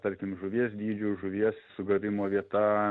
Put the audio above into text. tarkim žuvies dydžiu žuvies sugavimo vieta